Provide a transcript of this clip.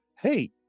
hey